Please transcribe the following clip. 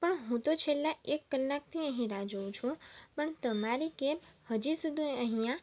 પણ હું તો છેલ્લાં એક કલાકથી અહીં રાહ જોઉં છું પણ તમારી કેબ હજી સુધી અહીંયા